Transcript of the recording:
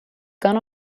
gun